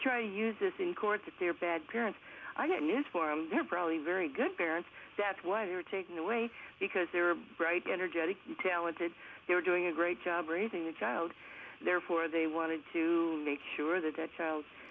try to use this in court that they are bad parents i got news for him they're probably very good parents that were taken away because they were bright energetic talented they were doing a great job raising a child therefore they wanted to make sure that th